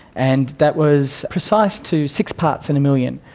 and that was precise to six parts in a million,